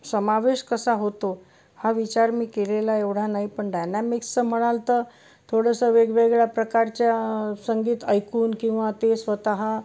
समावेश कसा होतो हा विचार मी केलेला एवढा नाही पण डायनामिक्सचं म्हणाल तर थोडंसं वेगवेगळ्या प्रकारच्या संगीत ऐकून किंवा ते स्वतः